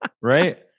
right